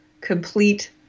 Complete